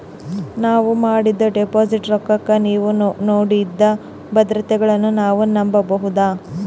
ನಾವು ಮಾಡಿದ ಡಿಪಾಜಿಟ್ ರೊಕ್ಕಕ್ಕ ನೀವು ನೀಡಿದ ಭದ್ರತೆಗಳನ್ನು ನಾವು ನಂಬಬಹುದಾ?